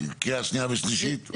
קריאה שנייה ושלישית?